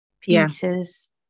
Peter's